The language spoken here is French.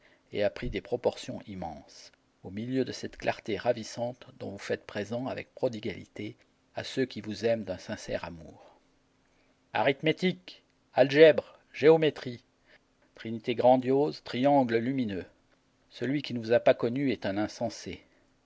et a pris des proportions immenses au milieu de cette clarté ravissante dont vous faites présent avec prodigalité à ceux qui vous aiment d'un sincère amour arithmétique algèbre géométrie trinité grandiose triangle lumineux celui qui ne vous a pas connues est un insensé